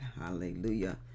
Hallelujah